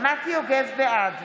בעד